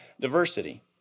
diversity